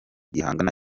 gihana